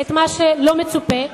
את מה שלא מצופה.